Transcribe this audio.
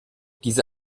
diese